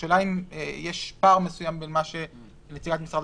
השאלה אם יש פער מסוים בין מה שנציגת משרד